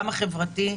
גם החברתי,